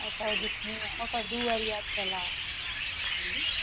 अच्छा ओह् दिक्खनी आं ओह् दूआ निं हत्थ निं ला